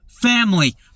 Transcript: Family